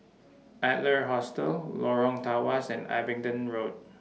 Adler Hostel Lorong Tawas and Abingdon Road